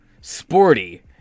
sporty